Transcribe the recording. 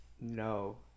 no